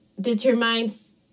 determines